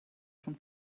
from